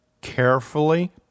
carefully